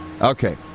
Okay